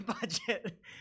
budget